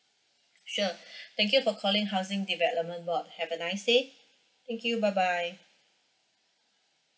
sure thank you for calling housing development board have a nice day thank you bye bye